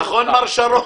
נכון מר שרון?